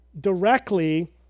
directly